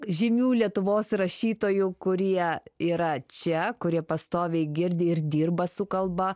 žymių lietuvos rašytojų kurie yra čia kurie pastoviai girdi ir dirba su kalba